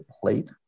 plate